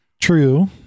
True